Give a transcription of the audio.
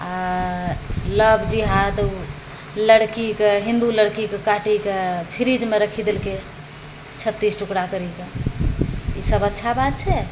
आओर लव जिहाद लड़कीके हिन्दू लड़कीके काटिके फ्रिजमे रखी देलकै छत्तीस टुकड़ा करिके ईसब अच्छा बात छै